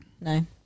no